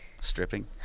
stripping